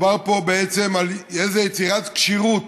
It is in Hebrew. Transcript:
מדובר פה בעצם על איזה יצירת כשירות